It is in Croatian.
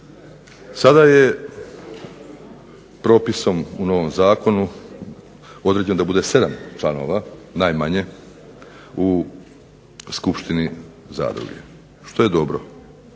Sada je propisom u novom zakonu određeno da bude 7 članova najmanje u Skupštini zadruge, što je dobro.